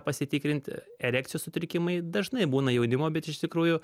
pasitikrint erekcijos sutrikimai dažnai būna jaunimo bet iš tikrųjų